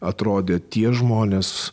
atrodė tie žmonės